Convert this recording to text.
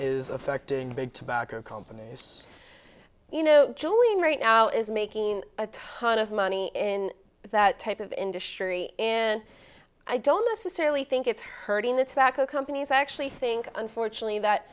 is affecting big tobacco companies you know julian right now is making a ton of money in that type of industry and i don't necessarily think it's hurting the tobacco companies actually think unfortunately that